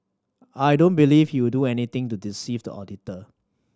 I don't believe he would do anything to deceive the auditor